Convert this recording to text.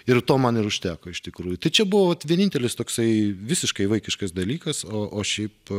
ir to man ir užteko iš tikrųjų tai čia buvo vat vienintelis toksai visiškai vaikiškas dalykas o o šiaip